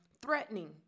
threatening